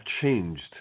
changed